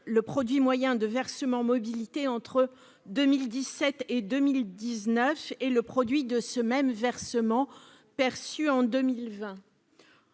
le produit moyen du versement mobilité entre 2017 et 2019, d'une part, et le produit de ce même versement perçu en 2020.